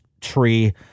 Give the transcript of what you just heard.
tree